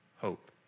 hope